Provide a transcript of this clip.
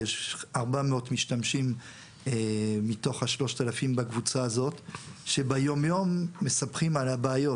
יש 400 משתמשים מתוך ה-3,000 בקבוצה הזאת שביום-יום מספרים על הבעיות.